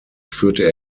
führte